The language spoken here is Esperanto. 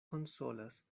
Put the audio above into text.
konsolas